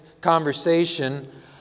conversation